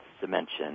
dimension